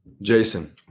Jason